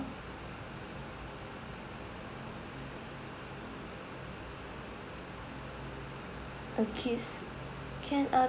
okay can uh